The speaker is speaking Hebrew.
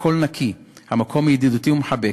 הכול נקי, המקום ידידותי ומחבק.